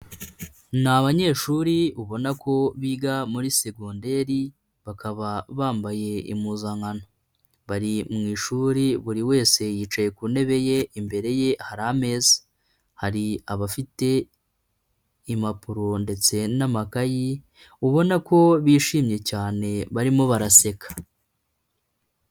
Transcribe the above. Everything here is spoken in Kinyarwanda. Ni abanyeshuri ubona ko biga muri segonderi, bakaba bambaye impuzankano bari mu ishuri buri wese yicaye ku ntebe ye imbere ye hari ameza, hari abafite impapuro ndetse n'amakayi, ubona ko bishimye cyane barimo baraseka.